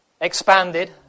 expanded